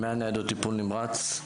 100 ניידות טיפול נמרץ,